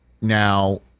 now